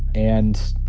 and